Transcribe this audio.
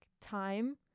time